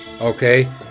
okay